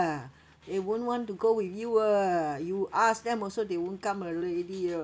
they won't want to go with you ah you ask them also they won't come already oh